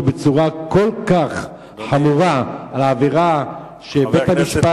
בצורה כל כך חמורה על עבירה שבית-המשפט,